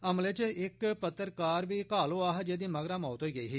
हमले च इक पत्रकार बी घायल होआ हा जेदी मगरा मौत होई गेई ही